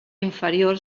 inferior